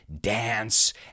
dance